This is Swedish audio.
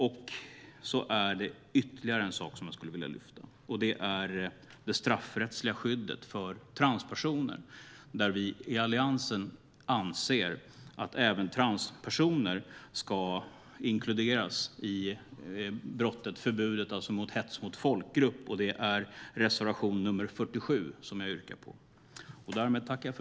Jag vill lyfta ytterligare en sak, och det är det straffrättsliga skyddet för transpersoner, där vi i Alliansen anser att även transpersoner ska inkluderas i förbudet mot hets mot folkgrupp. Jag yrkar bifall till reservation 47.